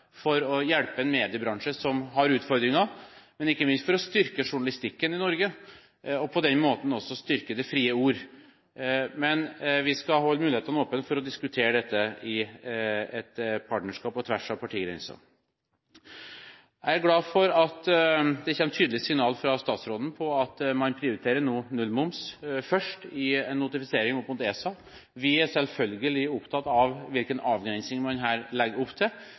Norge og på den måten også styrke det frie ord. Men vi skal holde mulighetene åpne for å diskutere dette i et partnerskap, på tvers av partigrensene. Jeg er glad for at det kommer tydelige signaler fra statsråden om at man nå prioriterer nullmoms først i notifisering opp mot ESA. Vi er selvfølgelig opptatt av hvilken avgrensning man her legger opp til.